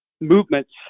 movements